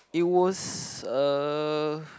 it was uh